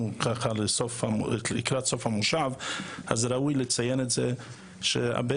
אנחנו לקראת סוף המושב וראוי לציין שיש הרבה